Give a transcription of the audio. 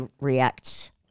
react